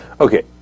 Okay